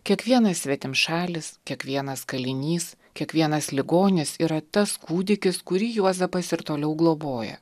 kiekvienas svetimšalis kiekvienas kalinys kiekvienas ligonis yra tas kūdikis kurį juozapas ir toliau globoja